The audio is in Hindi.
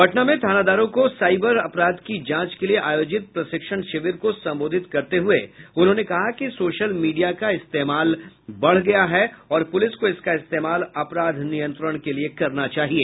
पटना में थानादारों को साइबर अपराध की जांच के लिए आयोजित प्रशिक्षण शिविर को संबोधित करते हुए उन्होंने कहा कि सोशल मीडिया का इस्तेमाल बढ़ गया है और पुलिस को इसका इस्तेमाल अपराध नियंत्रण के लिए करना चाहिए